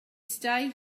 stay